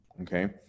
okay